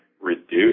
reduce